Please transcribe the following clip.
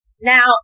Now